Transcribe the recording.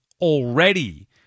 Already